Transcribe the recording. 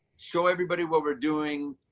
show everybody what we're doing.